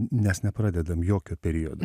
mes nepradedam jokio periodo